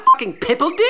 Pippledick